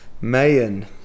Mayan